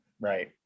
Right